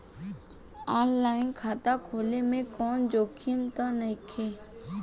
आन line खाता खोले में कौनो जोखिम त नइखे?